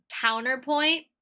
Counterpoint